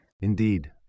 Indeed